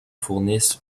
fournissent